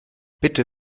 bitte